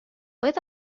باید